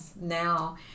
now